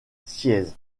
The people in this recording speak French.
sciez